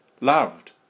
loved